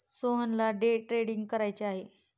सोहनला day trading करायचे आहे